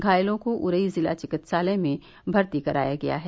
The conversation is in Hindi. घायलों को उरई जिला चिकित्सालय में भर्ती कराया गया है